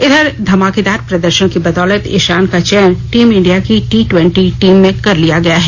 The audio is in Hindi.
इस धमाकेदार प्रदर्शन की बदौलत इशान का चयन टीम इंडिया की टी ट्वेंटी टीम में कर लिया गया है